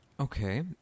Okay